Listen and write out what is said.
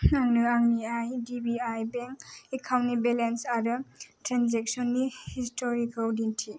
आंनो आंनि I D B I bank एकाउन्टनि बेलेन्स आरो ट्रेनजेक्सननि हिस्ट'रिखौ दिन्थि